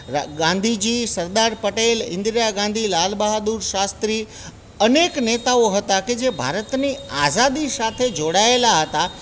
રા ગાંધીજી સરદાર પટેલ ઇન્દિરા ગાંધી લાલ બહાદુર શાસ્ત્રી અનેક નેતાઓ હતા કે જે ભારતની આઝાદી સાથે જોડાએલા હતા